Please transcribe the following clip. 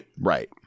right